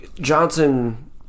Johnson